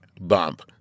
bump